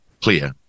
clear